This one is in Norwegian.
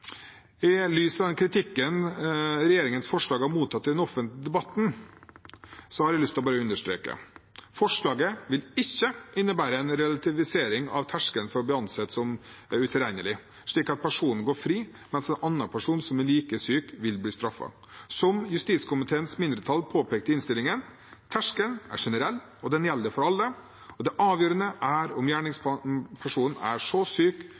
I lys av den kritikken regjeringens forslag har mottatt i den offentlige debatten, har jeg lyst til å understreke: Forslaget vil ikke innebære en relativisering av terskelen for å bli ansett som utilregnelig, slik at personen går fri, mens en annen person som er like syk, vil bli straffet. Som justiskomiteens mindretall påpeker i innstillingen, er terskelen generell, og den gjelder for alle. Det avgjørende er om gjerningspersonen er så syk